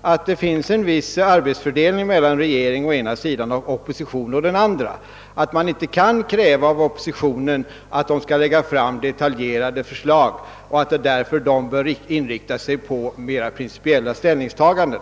att det bör finnas en viss arbetsfördelning mellan regeringen å ena sidan och oppositionen å den andra och att man inte kan kräva av oppositionen att den skall framlägga «detaljerade förslag, utan att den bör inrikta sig på mera principiella ställningstaganden.